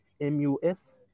M-U-S